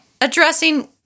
Addressing